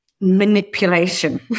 manipulation